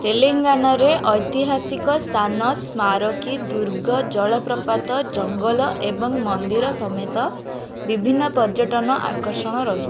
ତେଲେଙ୍ଗାନାରେ ଐତିହାସିକ ସ୍ଥାନ ସ୍ମାରକୀ ଦୁର୍ଗ ଜଳପ୍ରପାତ ଜଙ୍ଗଲ ଏବଂ ମନ୍ଦିର ସମେତ ବିଭିନ୍ନ ପର୍ଯ୍ୟଟନ ଆକର୍ଷଣ ରହି